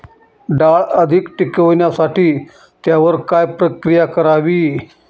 डाळ अधिक टिकवण्यासाठी त्यावर काय प्रक्रिया करावी?